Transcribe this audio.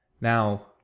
Now